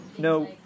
No